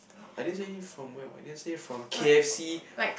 I didn't say anything from where what I didn't say say from k_f_c